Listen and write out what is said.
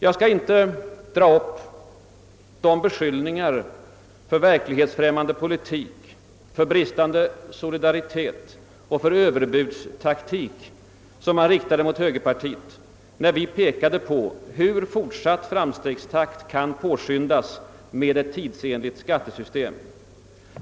Jag skall inte dra upp de beskyllningar för »verklighetsfrämmande» politik, för »bristande solidaritet» och för »överbudstaktik» som man riktat mot högerpartiet när vi pekat på hur framstegstakten kan påskyndas med ett tidsenligt skattesystem.